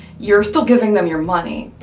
you're still giving them your money,